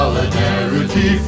Solidarity